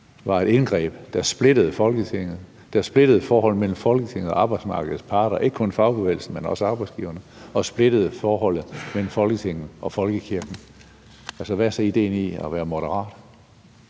var et indgreb, der splittede Folketinget, der splittede forholdet mellem Folketinget og arbejdsmarkedets parter – ikke kun fagbevægelsen, men også arbejdsgiverne – og splittede forholdet mellem Folketinget og folkekirken? Hvad er så idéen i at være moderat?